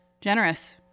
Generous